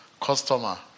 customer